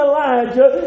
Elijah